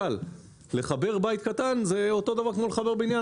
אבל לחבר בית קטן זה כמו לחבר בניין